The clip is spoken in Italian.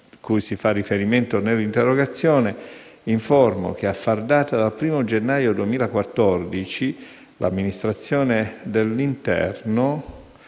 cui si fa riferimento nell'interrogazione, informo che, a far data dal 1° gennaio 2014, l'Amministrazione dell'interno